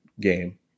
game